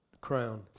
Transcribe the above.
crown